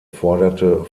forderte